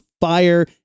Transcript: fire